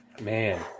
Man